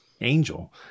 angel